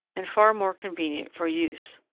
and far more convenient for use.